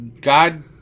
God